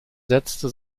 setzte